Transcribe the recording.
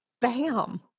Bam